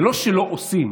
זה לא שלא עושים.